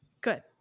Good